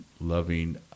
loving